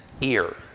ear